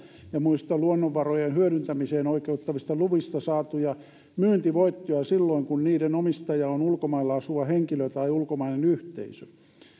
ja muista luonnonvarojen hyödyntämiseen oikeuttavista luvista saatuja myyntivoittoja silloin kun niiden omistaja on ulkomailla asuva henkilö tai ulkomainen yhteisö